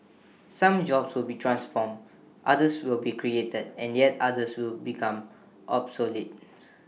some jobs will be transformed others will be created and yet others will become obsolete